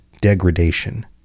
degradation